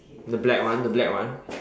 the black one the black one